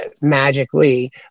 magically